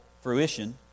fruition